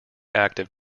active